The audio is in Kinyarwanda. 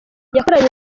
yakoranye